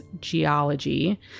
geology